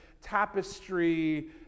tapestry